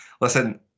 Listen